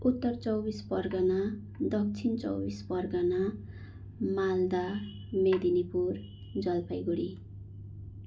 उत्तर चौबिस परगना दक्षिण चौबिस परगना मालदा मेदिनीपुर जलपाइगढी